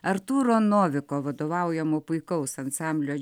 artūro noviko vadovaujamo puikaus ansamblio